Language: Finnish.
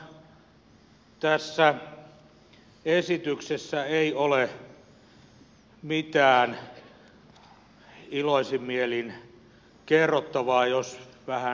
todellakaan tässä esityksessä ei ole mitään iloisin mielin kerrottavaa jos vähän kärjistää